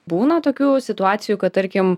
būna tokių situacijų kad tarkim